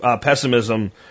pessimism